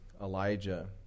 Elijah